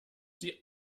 sie